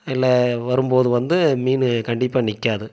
இல்லை வரும்போது வந்து மீனு கண்டிப்பாக நிற்காது